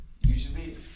Usually